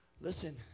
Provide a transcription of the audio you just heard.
listen